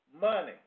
Money